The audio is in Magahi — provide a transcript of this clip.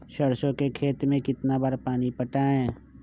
सरसों के खेत मे कितना बार पानी पटाये?